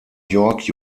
york